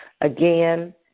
again